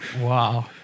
Wow